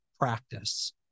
practice